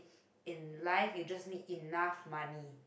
in life you just need enough money